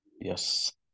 Yes